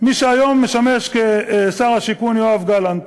מי שהיום משמש שר השיכון, יואב גלנט,